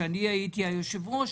כשאני הייתי היושב-ראש,